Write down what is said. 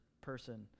person